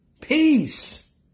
peace